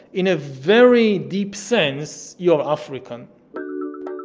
in a very deep sense, you are african